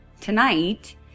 tonight